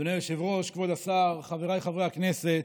אדוני היושב-ראש, כבוד השר, חבריי חברי הכנסת,